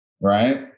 right